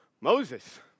moses